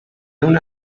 una